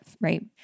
right